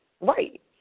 Right